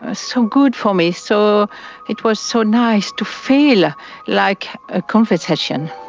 ah so good for me. so it was so nice to feel like a conversation.